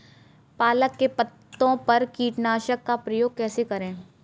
पालक के पत्तों पर कीटनाशक का प्रयोग कैसे करें?